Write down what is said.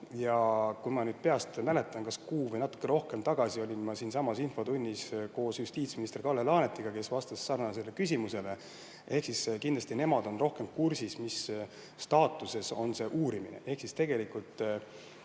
Kui ma nüüd õigesti mäletan, siis kas kuu või natuke rohkem tagasi olin ma siinsamas infotunnis koos justiitsminister Kalle Laanetiga, kes vastas sarnasele küsimusele. Kindlasti nemad on rohkem kursis, mis [seisus] on see uurimine. Nii palju,